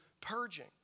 purging